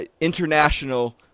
international